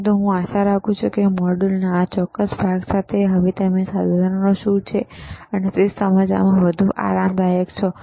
પરંતુ હું આશા રાખું છું કે મોડ્યુલોના આ ચોક્કસ ભાગ સાથે તમે હવે આ સાધનો શું છે તે સમજવામાં વધુ આરામદાયક છો